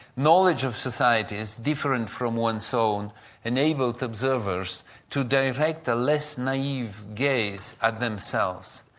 knowledge of societies different from one's own enabled observers to direct the less naive gaze at themselves.